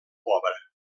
pobra